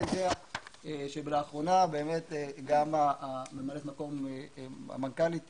יודע שלאחרונה גם ממלאת מקום המנכ"לית